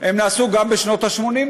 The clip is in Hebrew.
הם נעשו גם בשנות ה-80,